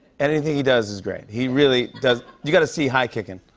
anything he does is great. he really does you got to see high kickin'.